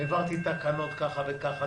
העברתי תקנות כך וכך,